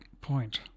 point